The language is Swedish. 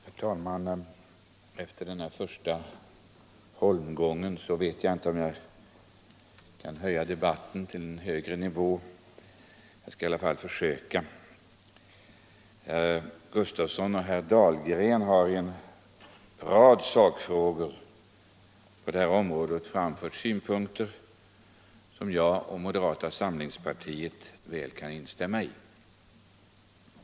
Herr talman! Efter den här första holmgången vet jag inte om jag kan lyfta debatten till en högre nivå, men jag skall i alla fall försöka. Herr Sven Gustafson i Göteborg och herr Dahlgren har i en rad sakfrågor på det här området framfört synpunkter som jag och moderata samlingspartiet väl kan instämma i.